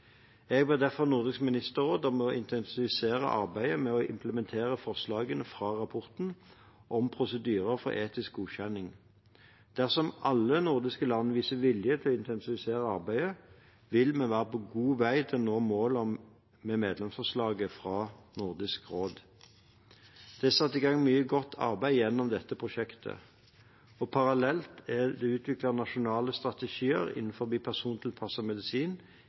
Jeg ber derfor Nordisk ministerråd om å intensivere arbeidet med å implementere forslagene fra rapporten om prosedyrer for etisk godkjenning. Dersom alle de nordiske landene viser vilje til å intensivere arbeidet, vil vi være godt på vei til å nå målet med medlemsforslaget fra Nordisk råd. Det er satt i gang mye godt arbeid gjennom dette prosjektet. Parallelt er det utviklet nasjonale strategier innenfor persontilpasset medisin